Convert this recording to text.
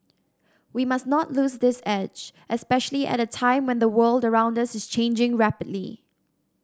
we must not lose this edge especially at a time when the world around us is changing rapidly